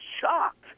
shocked